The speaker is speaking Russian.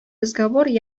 разговор